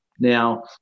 Now